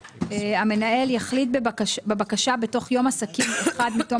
המנהל יחליט בבקשה בתוך יום עסקים אחד מתום